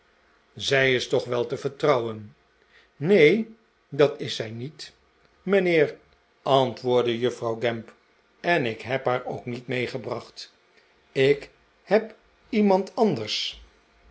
zij is toch wel te vertrouwen neen dat is zij niet mijnheer antwoordde juffrouw gamp en ik heb haar ook niet meegebracht ik heb iemand anchuffey